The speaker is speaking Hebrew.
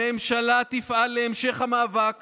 הממשלה תפעל להמשך המאבק